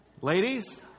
Ladies